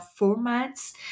formats